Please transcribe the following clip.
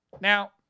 Now